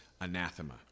anathema